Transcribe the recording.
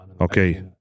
Okay